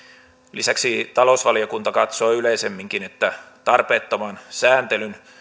lisäksi talousvaliokunta katsoo yleisemminkin että tarpeettoman sääntelyn